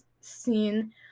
seen